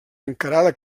encarada